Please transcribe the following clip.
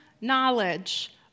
knowledge